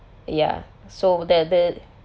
ya so that the